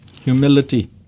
humility